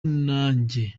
nanjye